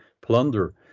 plunder